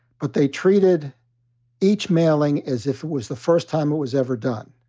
but they treated each mailing as if it was the first time it was ever done.